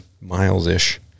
miles-ish